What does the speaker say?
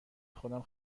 خودم